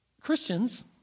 Christians